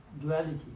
duality